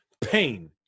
Pain